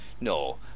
No